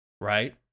right